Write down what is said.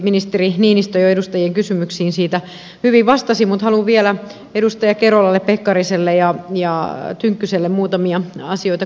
ministeri niinistö jo edustajien kysymyksiin siitä hyvin vastasi mutta haluan vielä edustaja kerolalle pekkariselle ja tynkkyselle muutamia asioita kommentoida